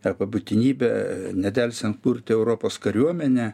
arba būtinybę nedelsiant kurti europos kariuomenę